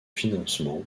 financement